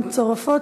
המצורפות,